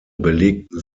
belegten